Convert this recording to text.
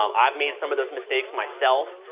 um i've made some of those mistakes myself.